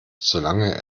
solange